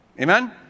Amen